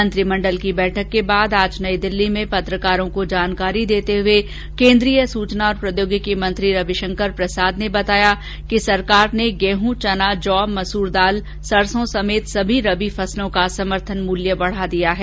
मंत्रिमण्डल की बैठक के बाद आज नई दिल्ली में पत्रकारों को जानकारी देते हुए केन्द्रीय सूचना और प्रोद्यौगिकी मंत्री रविशंकर प्रसाद ने बताया कि मंत्रिमण्डल ने गेहूं चना जौ मसूर दाल सरसों समेत सभी रबी फसलों का समर्थन मूल्य बढा दिया है